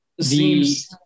seems